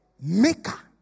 maker